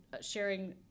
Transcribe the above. sharing